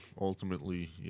ultimately